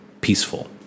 peaceful